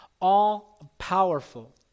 all-powerful